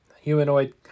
Humanoid